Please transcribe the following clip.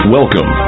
Welcome